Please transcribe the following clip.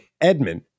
Edmund